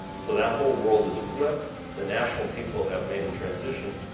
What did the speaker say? so that whole world has flipped. the national people have made a transition,